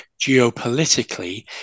geopolitically